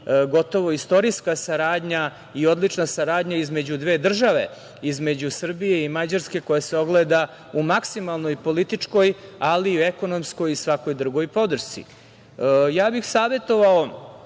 gotovo istorijska saradnja i odlična saradnja između dve države, između Srbije i Mađarske, koja se ogleda u maksimalnoj političkoj, ali i u ekonomskoj i svakoj drugoj podršci. Ja bih savetovao